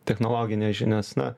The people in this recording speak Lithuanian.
technologinės žinios na